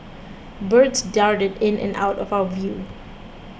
birds darted in and out of our view